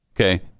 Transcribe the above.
Okay